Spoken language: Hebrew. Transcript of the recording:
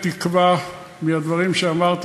ובעצם הציל חלק גדול מהחקלאים שם.